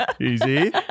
easy